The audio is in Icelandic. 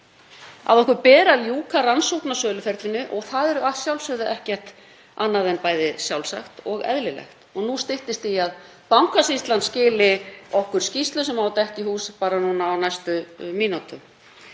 Okkur ber að ljúka rannsókn á söluferlinu og það er að sjálfsögðu ekkert annað en bæði sjálfsagt og eðlilegt og nú styttist í að Bankasýslan skili okkur skýrslu sem á að detta í hús bara á næstu mínútum.